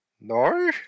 No